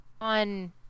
on